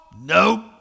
Nope